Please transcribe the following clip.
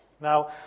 Now